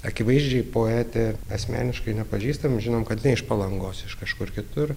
akivaizdžiai poetė asmeniškai nepažįstam žinom kad ne iš palangos iš kažkur kitur